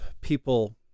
people